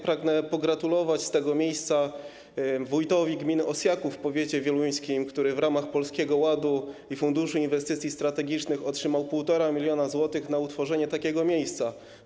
Pragnę pogratulować z tego miejsca wójtowi gminy Osjaków w powiecie wieluńskim, który w ramach Polskiego Ładu i funduszu inwestycji strategicznych otrzymał 1,5 mln zł na utworzenie takiego miejsca,